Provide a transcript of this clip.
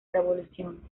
revolución